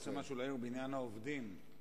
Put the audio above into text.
אתה רוצה להעיר משהו בעניין העובדים הזרים?